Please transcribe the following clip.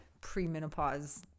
premenopause